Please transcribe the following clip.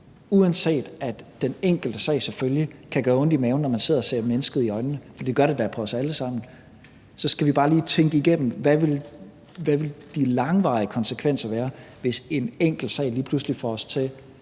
uanset at den enkelte sag selvfølgelig kan gøre ondt i maven, når man sidder og ser mennesket i øjnene, for det gør det da på os alle sammen. Så skal vi bare lige tænke igennem, hvad de langvarige konsekvenser ville være, hvis en enkelt sag lige pludselig får os til